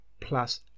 plus